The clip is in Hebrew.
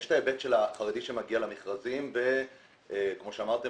יש את ההיבט של החרדי שמגיע למכרזים וכמו שאמרתם